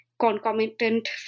concomitant